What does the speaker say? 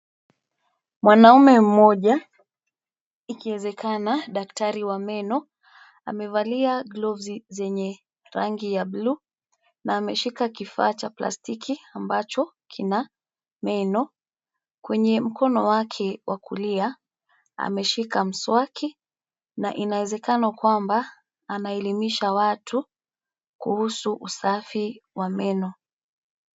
Mwanaume mmoja ikiwezekana daktari wa meno, amevalia gloves zenye rangi ya bluu na ameshika kifaa cha plastiki ambacho kina meno. Kwenye mkono wake wa kulia ameshika mswaki na inawezekana kwamba anaelimisha watu kuhusu usafi wa meno.